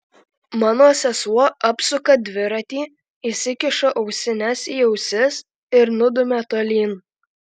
mano sesuo apsuka dviratį įsikiša ausines į ausis ir nudumia tolyn